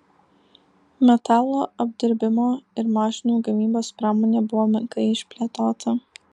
metalo apdirbimo ir mašinų gamybos pramonė buvo menkai išplėtota